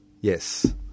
Yes